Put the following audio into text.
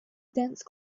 dense